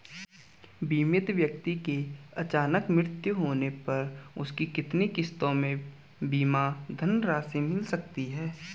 बीमित व्यक्ति के अचानक मृत्यु होने पर उसकी कितनी किश्तों में बीमा धनराशि मिल सकती है?